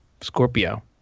Scorpio